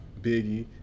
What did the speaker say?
Biggie